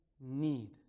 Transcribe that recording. need